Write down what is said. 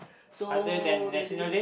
so that day